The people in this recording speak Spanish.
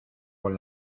con